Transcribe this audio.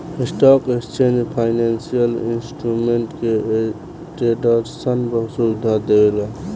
stock exchange financial instrument के ट्रेडरसन सुविधा देवेला